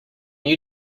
you